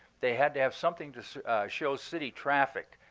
they had to have something to show city traffic,